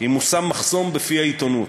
אם מושם מחסום לפי העיתונות,